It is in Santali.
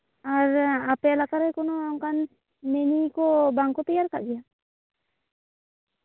ᱟᱨ ᱟᱯᱮ ᱮᱞᱟᱠᱟ ᱨᱮ ᱠᱳᱱᱳ ᱚᱱᱠᱟ ᱢᱤᱱᱤ ᱠᱚ ᱵᱟᱝ ᱠᱚ ᱛᱮᱭᱟᱨ ᱟᱠᱟᱫ ᱜᱮᱭᱟ ᱦᱩᱸ